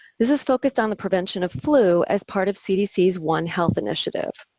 this is focused on the prevention of flu as part of cdc's one health initiative.